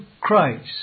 Christ